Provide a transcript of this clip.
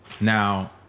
Now